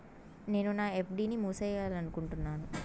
నేను నా ఎఫ్.డి ని మూసేయాలనుకుంటున్నాను